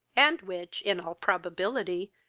and which, in all probability,